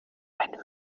einen